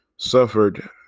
suffered